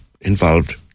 involved